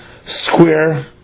square